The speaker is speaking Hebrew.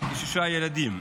שישה ילדים.